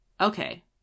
okay